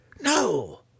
No